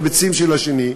בביצים של השני,